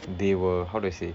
they were how do I say